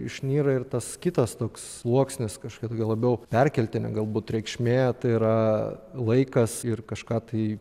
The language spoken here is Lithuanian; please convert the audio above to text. išnyra ir tas kitas toks sluoksnis kažkokia tokia labiau perkeltinė galbūt reikšmė yra laikas ir kažką tai